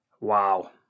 Wow